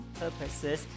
purposes